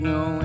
no